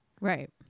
right